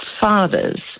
fathers